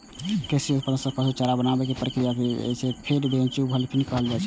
कृषि उत्पाद सं पशु चारा बनाबै के प्रक्रिया कें फीड मैन्यूफैक्चरिंग कहल जाइ छै